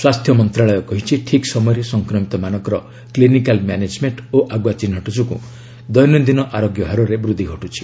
ସ୍ୱାସ୍ଥ୍ୟ ମନ୍ତ୍ରଣାଳୟ କହିଛି ଠିକ୍ ସମୟରେ ସଂକ୍ରମିତମାନଙ୍କର କ୍ଲିନିକାଲ୍ ମ୍ୟାନେକ୍ମେଣ୍ଟ ଓ ଆଗୁଆ ଚିହ୍ନଟ ଯୋଗୁଁ ଦୈନନ୍ଦିନ ଆରୋଗ୍ୟ ହାରରେ ବୃଦ୍ଧି ଘଟୁଛି